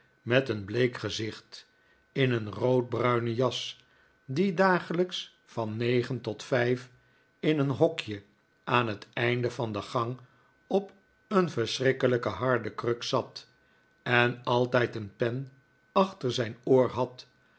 met een bleek gezicht in een roodbruine jas die dagelijks van negen tot vijf in een hokje aan het einde van de gang op een verschrikkelijk harde kruk zat en altijd een pen achter zijn oor had